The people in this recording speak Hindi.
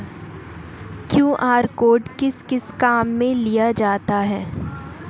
क्यू.आर कोड किस किस काम में लिया जाता है?